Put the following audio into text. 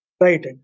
Right